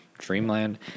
dreamland